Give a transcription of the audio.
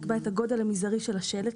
יקבע את הגודל המזערי של השלט,